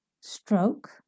stroke